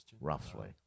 Roughly